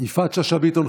יפעת שאשא ביטון,